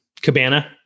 cabana